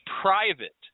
private